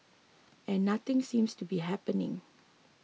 and nothing seems to be happening